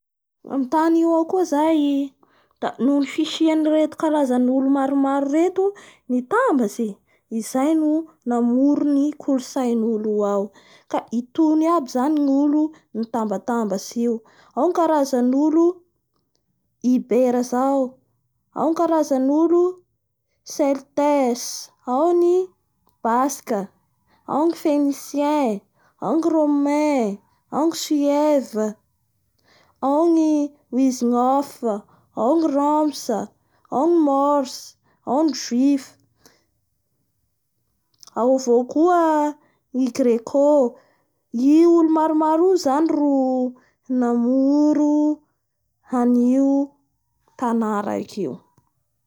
Kimchi io zany da hany malaza amindreo agny da ao avao koa i boky, itoy koa zany da hany amin'ny sisindala fe malaza amindreo agny